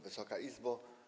Wysoka Izbo!